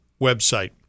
website